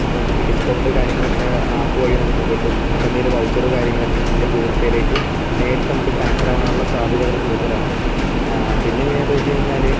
അപ്പോൾ നമുക്ക് ഡിസ്കൗണ്ട് കാര്യങ്ങളൊക്കെ ആപ്പ് വഴി നമുക്ക് കിട്ടും നമുക്ക് എന്തെങ്കിലും വൗച്ചർ കാര്യങ്ങളൊക്കെ ഉണ്ടെങ്കിൽ ഗൂഗിൾ പേയിലേക്ക് നേരിട്ട് നമുക്ക് ട്രാൻസ്ഫർ ആവാനുള്ള സാധ്യതകൾ കൂടുതലാണ് പിന്നെ എങ്ങനെയാണെന്ന് വെച്ചുകഴിഞ്ഞാൽ